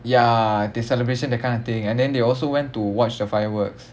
ya the celebration that kind of thing and then they also went to watch the fireworks